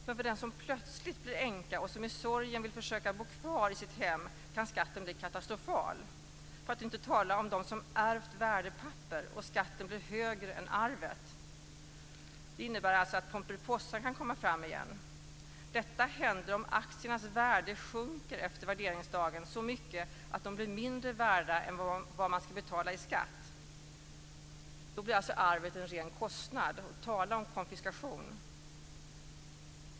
Men för den som plötsligt blir änka och som i sorgen vill försöka bo kvar i sitt hem kan skatten bli katastrofal - för att inte tala om dem som har ärvt värdepapper, där skatten blir större än arvet. Det innebär alltså att Pomperipossa kan komma fram igen! Detta händer om aktiernas värde efter värderingsdagen sjunker så mycket att de blir mindre värda än vad man ska betala i skatt. Då blir arvet en ren kostnad. Tala om konfiskation!